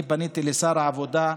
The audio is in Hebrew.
אני פניתי לשר העבודה,